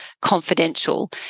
confidential